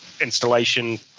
installation